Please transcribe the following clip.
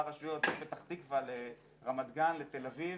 רשויות בין פתח תקווה לרמת גן לתל אביב,